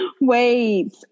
Wait